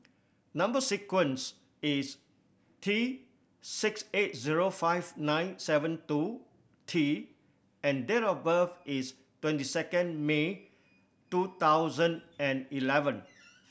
number sequence is T six eight zero five nine seven two T and date of birth is twenty second May two thousand and eleven